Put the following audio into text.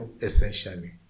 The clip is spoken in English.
essentially